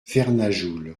vernajoul